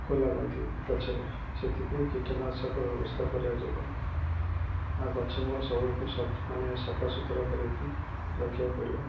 ପୋକ ଲାଗନ୍ତି ଗଛରେ ସେଥିପାଇଁ କୀଟନାଶକ ବ୍ୟବସ୍ଥା କରାଯିବ ଆଉ ଗଛମୂଳ ସବୁବେଲେ ପାଇଁ ମାନେ ସଫା ସୁୁତୁରା କରିକି ରଖିବାକୁ ପଡ଼ିବ